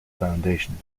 foundations